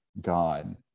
God